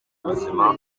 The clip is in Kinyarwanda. ubuzima